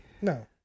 No